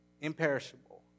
Imperishable